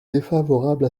défavorable